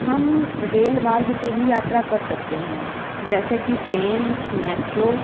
हम रेल मार्ग से भी यात्रा कर सकते हैं जैसे कि ट्रेन मेट्रो